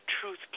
truth